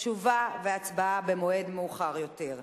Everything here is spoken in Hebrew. תשובה והצבעה במועד מאוחר יותר.